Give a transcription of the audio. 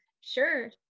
Sure